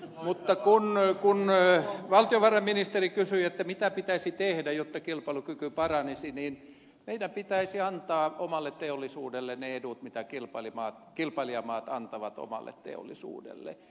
mutta kun valtiovarainministeri kysyi mitä pitäisi tehdä jotta kilpailukyky paranisi niin meidän pitäisi antaa omalle teollisuudellemme ne edut mitä kilpailijamaat antavat omille teollisuuksilleen